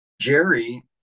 Jerry